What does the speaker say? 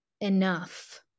enough